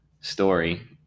story